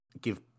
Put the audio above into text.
give